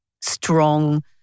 strong